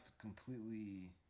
completely